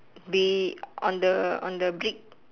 be on the on the brick